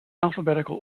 alphabetical